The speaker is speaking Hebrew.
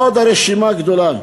ועוד הרשימה גדולה.